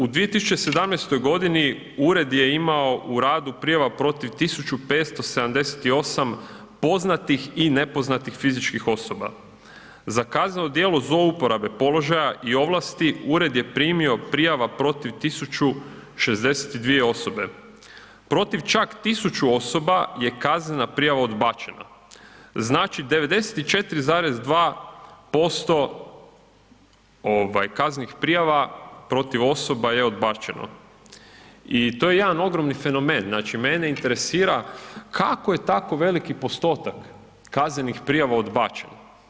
U 2017.g. ured je imao u radu prijava protiv 1578 poznatih i nepoznatih fizičkih osoba, za kazneno djelo zlouporabe položaja i ovlasti ured je primio prijava protiv 1062 osobe, protiv čak 1000 osoba je kaznena prijava odbačena, znači 94,2% ovaj kaznenih prijava protiv osoba je odbačeno i to je jedan ogromni fenomen, znači mene interesira kako je tako veliki postotak kaznenih prijava odbačen.